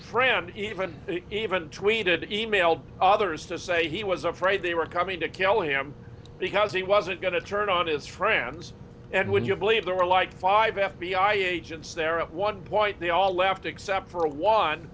friend even tweeted e mailed others to say he was afraid they were coming to kill him because he wasn't going to turn on his friends and would you believe there were like five f b i agents there at one point they all left except for